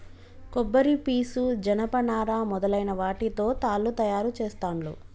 కొబ్బరి పీసు జనప నారా మొదలైన వాటితో తాళ్లు తయారు చేస్తాండ్లు